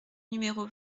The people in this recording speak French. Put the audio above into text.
numéro